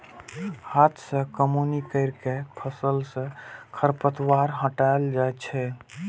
हाथ सं कमौनी कैर के फसल सं खरपतवार हटाएल जाए छै